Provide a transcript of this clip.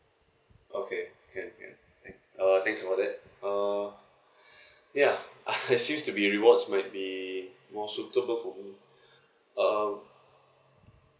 okay okay okay thank uh thanks about that uh ya uh it seems to be rewards might be more suitable for me um